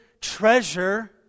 treasure